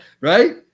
Right